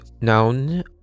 known